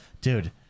Dude